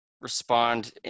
respond